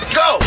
go